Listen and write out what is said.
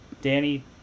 Danny